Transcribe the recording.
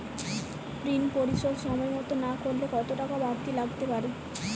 ঋন পরিশোধ সময় মতো না করলে কতো টাকা বারতি লাগতে পারে?